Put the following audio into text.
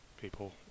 people